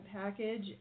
package